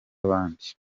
abandi